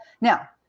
Now